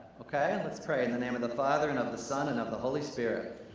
okay, let's pray. in the name of the father, and of the son, and of the holy spirit.